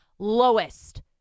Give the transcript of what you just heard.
lowest